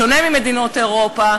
בשונה ממדינות אירופה.